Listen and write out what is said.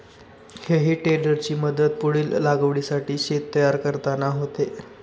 हेई टेडरची मदत पुढील लागवडीसाठी शेत तयार करताना होते